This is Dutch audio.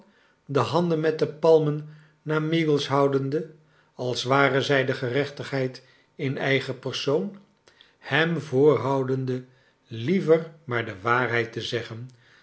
de handen met de palmen naar meagles houdende als ware zij de gerechtigheid in eigen persoon hem voorhoudende liever maar de waarheid te zeggen